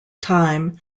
time